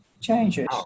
changes